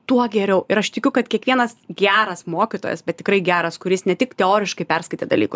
tuo geriau ir aš tikiu kad kiekvienas geras mokytojas bet tikrai geras kuris ne tik teoriškai perskaitė dalykus